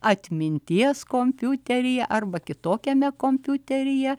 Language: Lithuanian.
atminties kompiuteryje arba kitokiame kompiuteryje